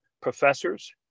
professors